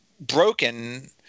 broken